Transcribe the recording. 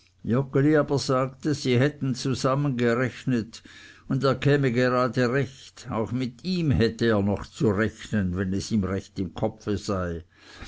sagte sie hätten zusammen gerechnet und er käme gerade recht auch mit ihm hätte er noch zu rechnen wenn es ihm recht im kopfe sei